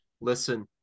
Listen